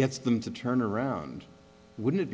gets them to turn around wouldn't it